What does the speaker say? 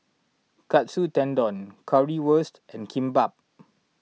Katsu Tendon Currywurst and Kimbap